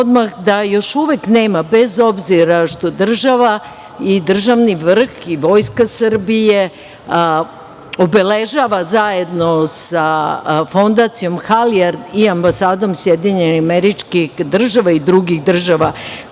da još uvek nema, bez obzira što država i državni vrh i Vojska Srbije obeležava zajedno sa Fondacijom Halijard i ambasadom SAD i drugih država